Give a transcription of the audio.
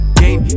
game